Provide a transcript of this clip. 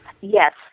Yes